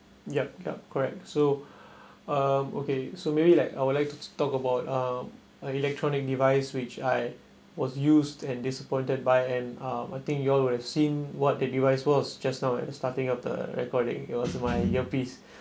yup yup correct so um okay so maybe like I would like to talk about um uh electronic device which I was used and disappointed by and uh I think you all will have seen what the device was just now at the starting of the recording it was my earpiece